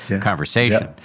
conversation